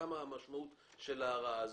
מה המשמעות של ההרעה הזאת.